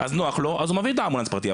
אז נוח לו, אז הוא מביא את האמבולנס הפרטי.